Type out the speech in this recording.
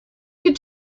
could